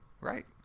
Right